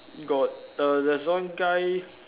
got err there's one guy